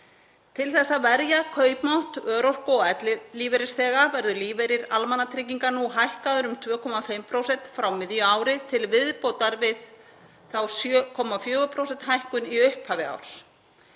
Til að verja kaupmátt örorku og ellilífeyrisþega verður lífeyrir almannatrygginga nú hækkaður um 2,5% frá miðju ári til viðbótar við þá 7,4% hækkun í upphafi árs.